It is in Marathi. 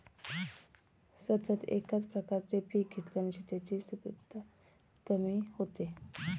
सतत एकाच प्रकारचे पीक घेतल्याने शेतांची सुपीकता कमी होते